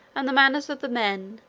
and the manners of the men,